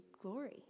glory